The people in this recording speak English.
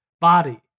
body